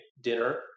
dinner